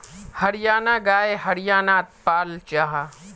हरयाना गाय हर्यानात पाल जाहा